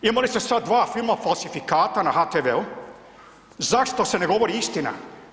Imali ste sada dva filma falsifikata na HTV-u zašto se ne govori istina?